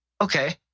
Okay